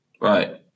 Right